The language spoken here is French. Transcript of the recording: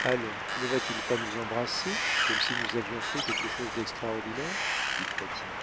allons ne va-t-il pas nous embrasser comme si nous avions fait quelque chose d'extraordinaire dit chrestien